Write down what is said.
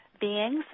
beings